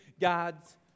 God's